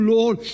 Lord